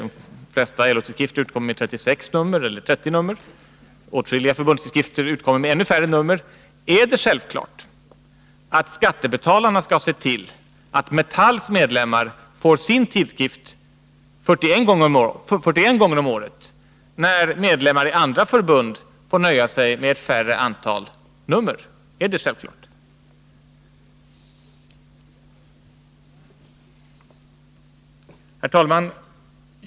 De flesta LO-tidskrifterna utkommer med 36 eller 30 nummer, och åtskilliga förbundstidskrifter utkommer med ännu färre nummer. Är det självklart att skattebetalarna skall se till att Metalls medlemmar får sin tidskrift 41 gånger om året, när medlemmar i andra förbund får nöja sig med ett färre antal nummer? Herr talman!